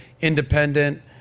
independent